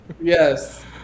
Yes